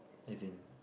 as in